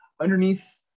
underneath